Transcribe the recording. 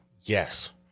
Yes